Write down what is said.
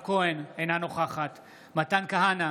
אינה נוכחת מתן כהנא,